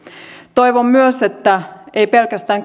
toivon myös että ei pelkästään